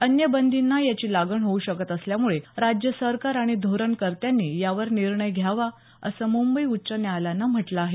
अन्य बंदींना याची लागण होऊ शकतं असल्यामुळे राज्य सरकार आणि धोरण कर्त्यांनी यावर निर्णय घ्यावा असं मुंबई उच्च न्यायालयानं म्हटलं आहे